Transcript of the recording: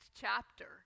chapter